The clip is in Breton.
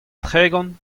tregont